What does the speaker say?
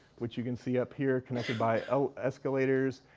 which you can see up here, connected by escalators.